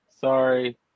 sorry